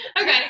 Okay